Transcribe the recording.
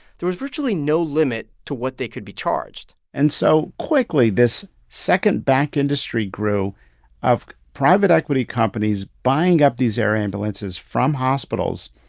there was virtually no limit to what they could be charged and so quickly, this second back industry group of private equity companies buying up these air ambulances from hospitals,